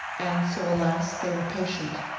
and so, alas! they were patient.